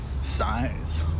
size